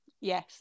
Yes